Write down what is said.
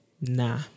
Nah